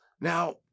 Now